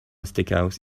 steakhouse